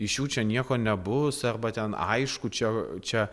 iš jų čia nieko nebus arba ten aišku čia čia